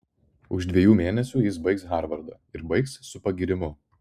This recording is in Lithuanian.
už dviejų mėnesių jis baigs harvardą ir baigs su pagyrimu